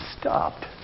stopped